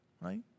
right